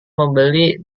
membeli